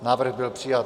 Návrh byl přijat.